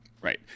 Right